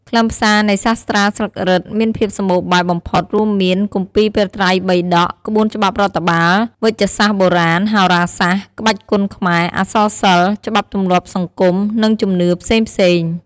ខ្លឹមសារនៃសាស្រ្តាស្លឹករឹតមានភាពសម្បូរបែបបំផុត រួមមាន គម្ពីរព្រះត្រៃបិដក ក្បួនច្បាប់រដ្ឋបាល វេជ្ជសាស្ត្របុរាណ ហោរាសាស្ត្រ ក្បាច់គុនខ្មែរ អក្សរសិល្ប៍ ច្បាប់ទម្លាប់សង្គម និងជំនឿផ្សេងៗ។